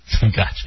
Gotcha